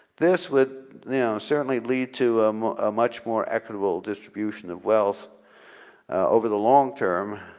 this would certainly lead to um a much more equitable distribution of wealth over the long term